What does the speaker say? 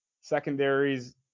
Secondaries